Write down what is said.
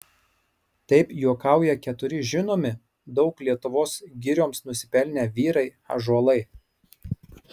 taip juokauja keturi žinomi daug lietuvos girioms nusipelnę vyrai ąžuolai